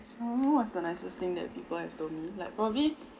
I don't know what's the nicest thing that people have told me like probably